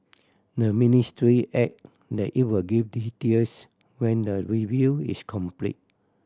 the ministry add that it would give details when the review is complete